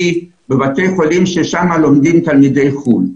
בבתי חולים שם לומדים תלמידי חוץ לארץ.